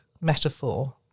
metaphor